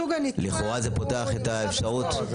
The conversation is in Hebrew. לכאורה זה פותח את האפשרות.